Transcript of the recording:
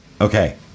Okay